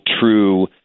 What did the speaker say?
true